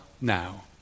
now